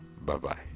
bye-bye